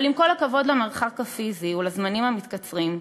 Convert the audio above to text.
אבל עם כל הכבוד למרחק הפיזי ולזמנים המתקצרים,